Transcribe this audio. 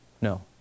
No